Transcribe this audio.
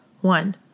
One